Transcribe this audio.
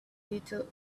little